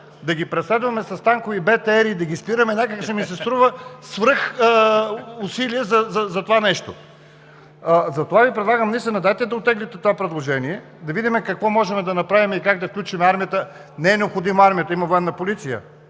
да ги преследваме с танкове и БТР-и и да ги спираме, някак си ми се струва свръхусилие за това нещо. Предлагам Ви да оттеглите това предложение, да видим какво можем да направим и как да включим армията. Не е необходима армията, има Военна полиция.